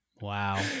Wow